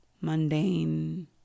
mundane